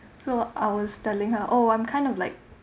so I was telling her oh I'm kind of like